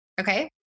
Okay